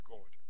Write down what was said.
God